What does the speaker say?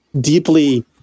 deeply